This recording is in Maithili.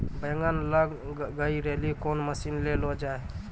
बैंगन लग गई रैली कौन मसीन ले लो जाए?